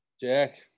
Jack